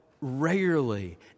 regularly